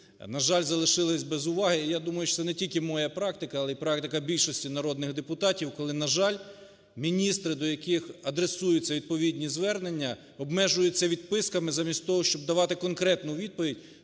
на жаль, залишились без уваги. І я думаю, що це не тільки моя практика, але й практика більшості народних депутатів, коли, на жаль, міністри, до яких адресуються відповідні звернення, обмежуються відписками замість того, щоб давати конкретну відповідь